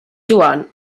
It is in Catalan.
joan